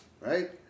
Right